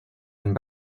and